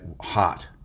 hot